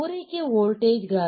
ಪೂರೈಕೆ voltage voltage